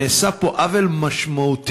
נעשה פה עוול משמעותי